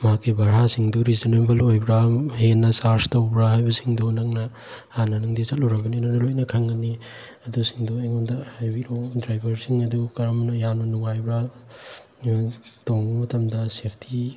ꯃꯍꯥꯛꯀꯤ ꯚꯔꯥꯁꯤꯡꯗꯨ ꯔꯤꯖꯟꯅꯦꯕꯜ ꯑꯣꯏꯕ꯭ꯔ ꯍꯦꯟꯅ ꯆꯥꯔꯁ ꯇꯧꯕ꯭ꯔ ꯍꯥꯏꯕꯁꯤꯗꯣ ꯅꯪꯅ ꯍꯥꯟꯅ ꯅꯪꯗꯤ ꯆꯠꯂꯨꯔꯕꯅꯤꯅ ꯅꯪ ꯂꯣꯏꯅ ꯈꯪꯒꯅꯤ ꯑꯗꯨꯁꯤꯡꯗꯨ ꯑꯩꯉꯣꯟꯗ ꯍꯥꯏꯕꯤꯔꯛꯑꯣ ꯗ꯭ꯔꯥꯏꯚꯔꯁꯤꯡ ꯑꯗꯨ ꯀꯔꯝꯅ ꯌꯥꯝꯅ ꯅꯨꯡꯉꯥꯏꯕ꯭ꯔ ꯇꯣꯡꯕ ꯃꯇꯝꯗ ꯁꯦꯐꯇꯤ